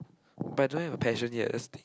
but I don't have a passion yet that's the